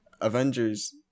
avengers